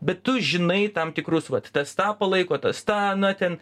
bet tu žinai tam tikrus vat tas tą palaiko tas tą aną ten